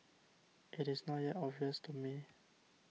it is not yet obvious to me